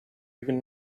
even